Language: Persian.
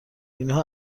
اینها